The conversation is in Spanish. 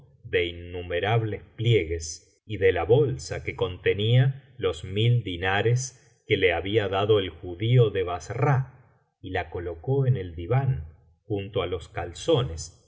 de innumerables pliegues y de la bolsa que contenía los mil dinares que le había dado el judío de bassra y la colocó en el diván junto á los calzones